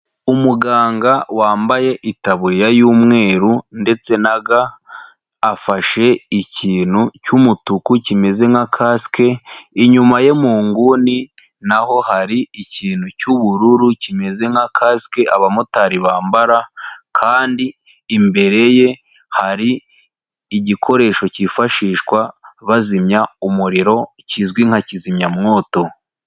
Umuganga wambaye itaburiya y'umweru ndetse na ga afashe ikintu cy'umutuku kimeze nka kasike, inyuma ye mu nguni naho hari ikintu cy'ubururu kimeze nka kasike abamotari bambara, kandi imbere ye hari igikoresho cyifashishwa bazimya umuriro kizwi nka kizimyamwoto.